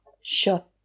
Shut